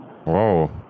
Whoa